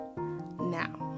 now